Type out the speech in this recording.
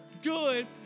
good